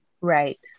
Right